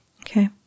Okay